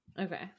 Okay